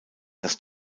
das